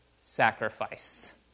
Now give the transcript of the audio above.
sacrifice